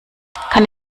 kann